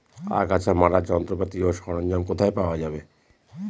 আগাছা মারার যন্ত্রপাতি ও সরঞ্জাম কোথায় পাওয়া যাবে?